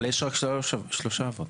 אבל יש רק שלושה אבות.